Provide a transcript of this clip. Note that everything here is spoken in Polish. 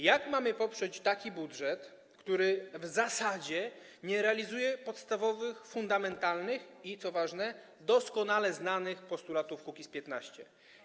Jak mamy poprzeć budżet, który w zasadzie nie realizuje podstawowych, fundamentalnych i, co ważne, doskonale znanych postulatów Kukiz’15?